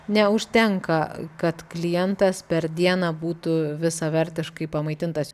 neužtenka kad klientas per dieną būtų visavertiškai pamaitintas